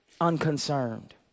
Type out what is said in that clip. unconcerned